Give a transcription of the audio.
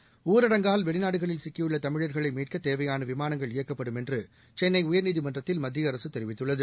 seconds ஊரடங்கால் வெளிநாடுகளில் சிக்கியுள்ள தமிழர்களை மீட்க தேவையான விமானங்கள் இயக்கப்படும் என்று சென்னை உயர்நீதிமன்றத்தில் மத்திய அரசு தெரிவித்துள்ளது